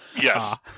Yes